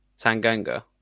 Tanganga